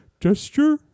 gesture